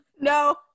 No